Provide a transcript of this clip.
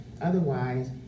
otherwise